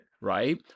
right